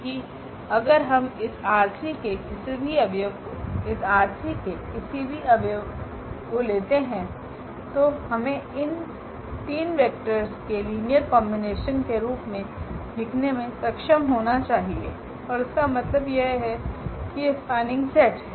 कि अगर हम इस ℝ3 के किसी भी अव्यव को इस ℝ3 के किसी भी अव्यवको लेते हैं तो हमें इन तीन वेक्टर्स के लीनियर कॉम्बिनेशन के रूप में लिखने में सक्षम होना चाहिए और इसका मतलब यह है कियह स्पनिंग सेट हैं